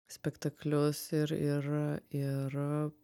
spektaklius ir ir ir